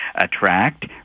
attract